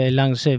langs